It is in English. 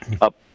up